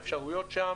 האפשרויות שם,